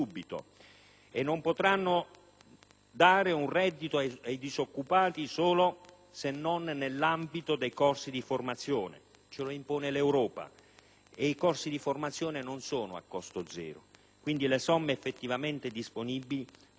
reddito per i disoccupati se non nell'ambito dei corsi di formazione: ce lo impone l'Europa e i corsi di formazione non sono a costo zero. Le somme effettivamente disponibili, quindi, non dovrebbero superare i 2-3 miliardi